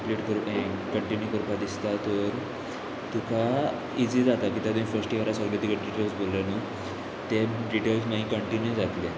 complete कर continue करपा दिसता तर तुका इजी जाता कित्या फस्ट इयर आसलें तुगे डिटेल्स बरें न्हू ते डिटेल्स मागीर कंटिन्यू जातले